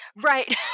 Right